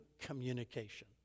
communication